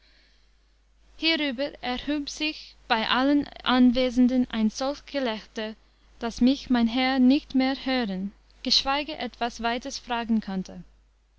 hierüber erhub sich bei allen anwesenden ein solch gelächter daß mich mein herr nicht mehr hören geschweige etwas weiters fragen konnte